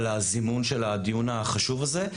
על הזימון של הדיון החשוב הזה.